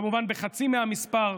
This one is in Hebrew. כמובן בחצי מהמספר,